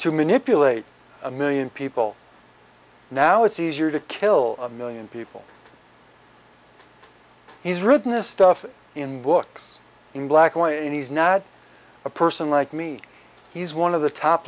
to manipulate a million people now it's easier to kill a million people he's written a stuff in books in black lawyer and he's not a person like me he's one of the top